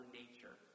nature